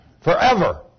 forever